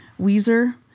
Weezer